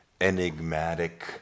enigmatic